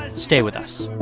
stay with us